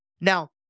Now